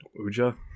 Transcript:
uja